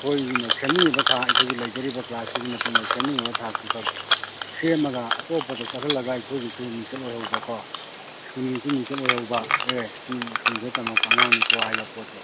ꯑꯩꯈꯣꯏꯅ ꯁꯦꯝꯅꯤꯡꯏꯕ ꯊꯥꯛ ꯑꯩꯈꯣꯏꯒꯤ ꯂꯩꯖꯔꯤꯕ ꯀ꯭ꯂꯥꯁꯇꯨꯒꯤ ꯃꯇꯨꯡ ꯏꯟꯅ ꯁꯦꯝꯅꯤꯡꯉꯤꯕ ꯊꯥꯛꯇꯨ ꯈꯛ ꯁꯦꯝꯃꯒ ꯑꯇꯣꯞꯄꯗ ꯆꯠꯍꯜꯂꯒ ꯑꯩꯈꯣꯏꯒꯤꯁꯨ ꯃꯤꯡꯆꯠ ꯑꯣꯏꯍꯧꯕꯀꯣ ꯁ꯭ꯀꯨꯜꯒꯤꯁꯨ ꯃꯤꯡꯆꯠ ꯑꯣꯏꯍꯧꯕ ꯑꯦ ꯁꯤ ꯁ꯭ꯀꯨꯜꯁꯤꯗ ꯇꯝꯃꯛꯄ ꯑꯉꯥꯡꯅꯤꯀꯣ ꯍꯥꯏꯕ ꯄꯣꯠꯇꯣ